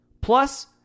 Plus